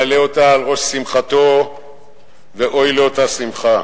מעלה אותה על ראש שמחתו ואוי לאותה שמחה.